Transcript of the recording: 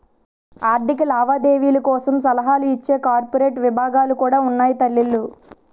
ఆర్థిక లావాదేవీల కోసం సలహాలు ఇచ్చే కార్పొరేట్ విభాగాలు కూడా ఉన్నాయి తల్లీ